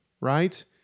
right